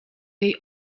jej